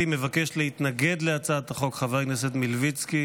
מבקש להתנגד להצעת החוק חבר הכנסת מלביצקי.